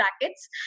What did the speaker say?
brackets